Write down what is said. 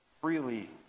freely